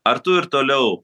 ar tu ir toliau